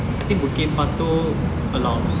I think bukit batok allows